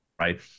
Right